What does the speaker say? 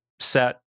set